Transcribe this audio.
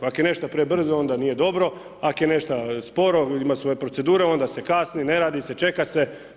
Ako je nešto prebrzo onda nije dobro, ako je nešto sporo ima svoje procedure onda se kasni, ne radi se, čeka se.